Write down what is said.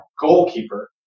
goalkeeper